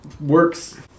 works